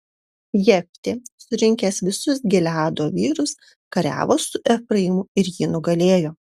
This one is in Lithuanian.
jeftė surinkęs visus gileado vyrus kariavo su efraimu ir jį nugalėjo